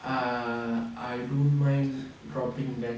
err I don't mind dropping back